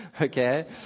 okay